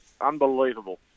unbelievable